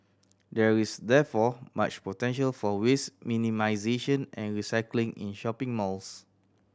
there is therefore much potential for waste minimisation and recycling in shopping malls